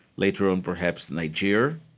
later on perhaps nigeria,